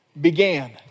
began